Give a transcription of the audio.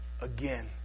again